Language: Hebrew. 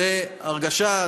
זו הרגשה,